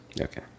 Okay